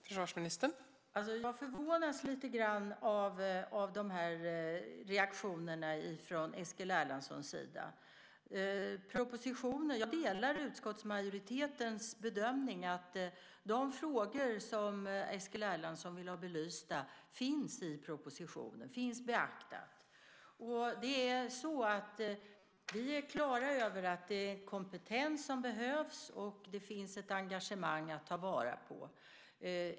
Fru talman! Jag förvånas lite grann av de här reaktionerna från Eskil Erlandssons sida. Jag delar utskottsmajoritetens bedömning att de frågor som Eskil Erlandsson vill ha belysta finns beaktade i propositionen. Vi är klara över att det är kompetens som behövs och att det finns ett engagemang att ta vara på.